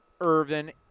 Irvin